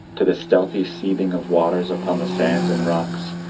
to the stealthy seething of waters upon the sands and rocks,